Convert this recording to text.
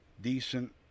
decent